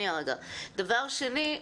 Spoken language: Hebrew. דבר שני,